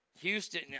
Houston